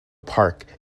park